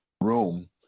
room